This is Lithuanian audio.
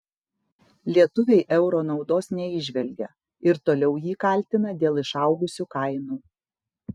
lietuviai euro naudos neįžvelgia ir toliau jį kaltina dėl išaugusių kainų